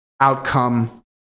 outcome